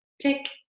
Tick